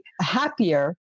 happier